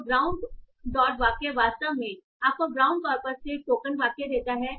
तो brown dot वाक्य वास्तव में आपको ब्राउन कॉर्पस से टोकन वाक्य देता है